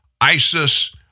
ISIS